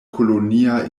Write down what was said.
kolonia